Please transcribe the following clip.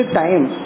time